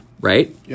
right